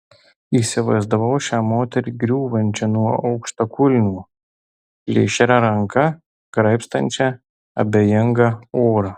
įsivaizdavau šią moterį griūvančią nuo aukštakulnių plėšria ranka graibstančią abejingą orą